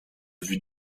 vue